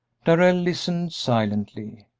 darrell listened silently.